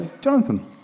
Jonathan